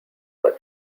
were